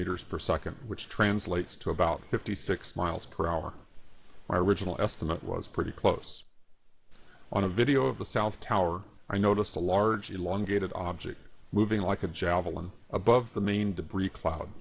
meters per second which translates to about fifty six miles per hour my original estimate was pretty close on a video of the south tower i noticed a large a long gated object moving like a javelin above the main debris cloud